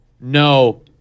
No